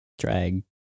drag